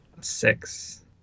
six